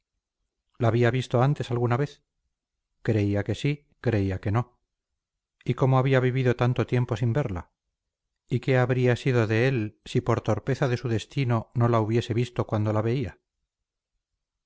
la había visto antes alguna vez creía que sí creía que no y cómo había vivido tanto tiempo sin verla y qué habría sido de él si por torpeza de su destino no la hubiese visto cuando la veía